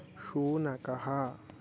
शुनकः